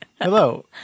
Hello